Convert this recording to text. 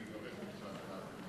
ואני מברך אותך על כך,